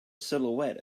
silhouette